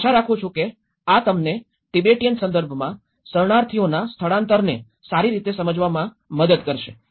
હું આશા રાખું છું કે આ તમને તિબેટીયન સંદર્ભમાં શરણાર્થીઓના સ્થાનાંતરણને સારી રીતે સમજવામાં મદદ કરશે